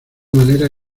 manera